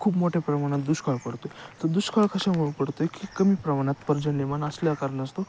खूप मोठ्या प्रमाणात दुष्काळ पडतो तर दुष्काळ कशामुळं पडतो की कमी प्रमाणात पर्जन्यमान असल्या कारणास्तव